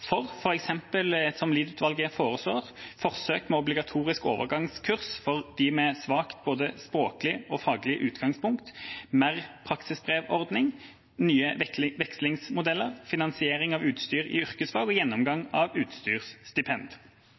som Lied-utvalget foreslår – forsøk med obligatorisk overgangskurs for dem med svakt språklig og faglig utgangspunkt, mer praksisbrevordning, nye vekslingsmodeller, finansiering av utstyr i yrkesfag og gjennomgang av utstyrsstipend.